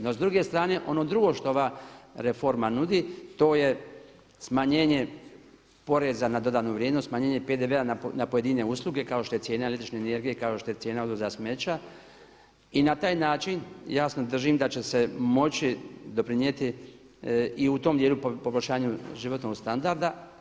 No, s druge strane, ono drugo što ova reforma nudi to je smanjenje poreza na dodanu vrijednost, smanjenje PDV-a na pojedine usluge kao što je cijena električne energije, kao što je cijena odvoza smeća i na taj način, jasno držim da će se moći doprinijeti i u tom dijelu poboljšanju životnog standarda.